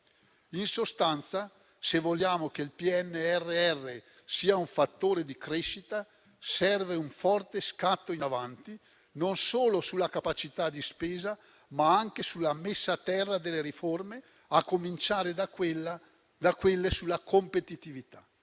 In sostanza, se vogliamo che il PNRR sia un fattore di crescita, serve un forte scatto in avanti, non solo sulla capacità di spesa, ma anche sulla messa a terra delle riforme, a cominciare da quelle sulla competitività.